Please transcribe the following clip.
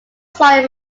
soil